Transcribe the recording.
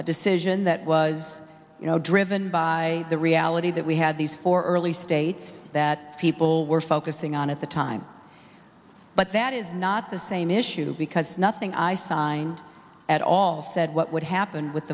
a decision that was you know driven by the reality that we had these four early states that people were focusing on at the time but that is not the same issue because nothing i signed at all said what would happen with